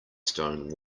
stone